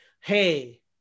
hey